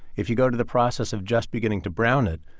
if you go to the process of just beginning to brown it,